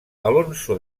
alonso